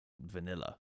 vanilla